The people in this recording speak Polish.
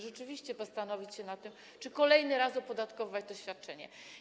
Rzeczywiście warto zastanowić się nad tym, czy kolejny raz opodatkować to świadczenie.